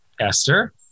Esther